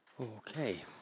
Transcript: Okay